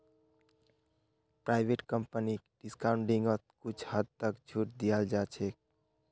private कम्पनीक डिस्काउंटिंगत कुछ हद तक छूट दीयाल जा छेक